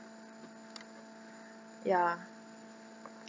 ya